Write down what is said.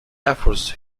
efforts